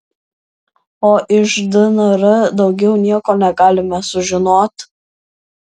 o iš dnr daugiau nieko negalime sužinot